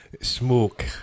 smoke